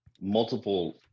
multiple